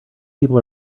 people